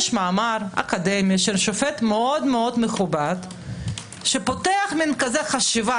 יש מאמר אקדמי של שופט מאוד-מאוד מכובד שפותח מין חשיבה,